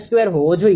95|2 હોવો જોઈએ